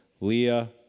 Leah